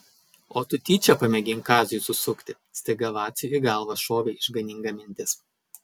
o tu tyčia pamėgink kaziui susukti staiga vaciui į galvą šovė išganinga mintis